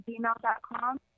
gmail.com